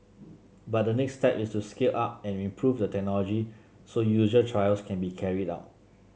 but the next step is to scale up and improve the technology so user trials can be carried out